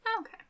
Okay